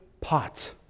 pot